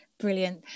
Brilliant